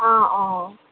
অ' অ'